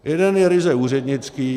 Jeden je ryze úřednický.